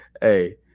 hey